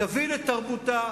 תבין את תרבותה,